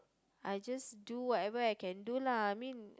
I just do whatever I can do lah I mean